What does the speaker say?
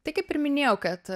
tai kaip ir minėjau kad